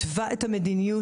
התווה את המדיניות,